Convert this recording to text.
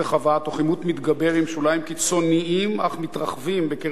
תוך עימות מתגבר עם שוליים קיצוניים אך מתרחבים בקרב החברה הישראלית.